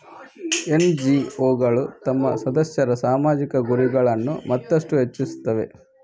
ಎನ್.ಜಿ.ಒಗಳು ತಮ್ಮ ಸದಸ್ಯರ ಸಾಮಾಜಿಕ ಗುರಿಗಳನ್ನು ಮತ್ತಷ್ಟು ಹೆಚ್ಚಿಸುತ್ತವೆ